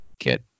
get